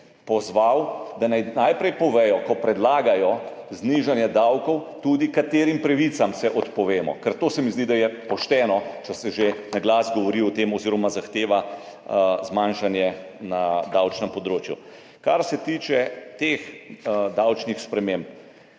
pozval, da naj najprej povedo, ko predlagajo znižanje davkov, tudi katerim pravicam se odpovemo, ker to se mi zdi, da je pošteno, če se že na glas govori o tem oziroma zahteva zmanjšanje na davčnem področju. Kar se tiče teh davčnih sprememb,